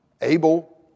Abel